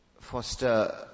foster